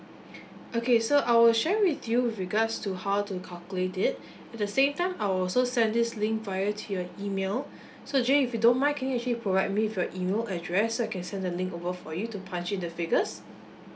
okay so I will share with you with regards to how to calculate it at the same time I will also send this link via to your email so jay if you don't mind can you actually provide me with your email address so I can send the link over for you to punch in the figures